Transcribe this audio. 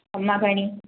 खम्माघणी